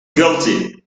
guilty